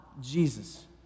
Jesus